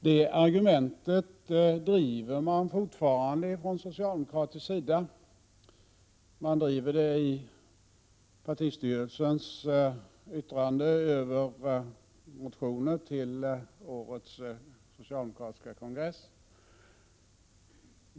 Detta argument driver man fortfarande från socialdemokraternas sida. Man driver det i partistyrelsens yttrande över motionen till årets socialdemokratiska kongress.